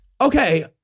Okay